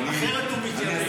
אחרת הוא מתייבש.